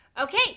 Okay